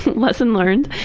lesson learned.